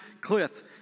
Cliff